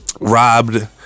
Robbed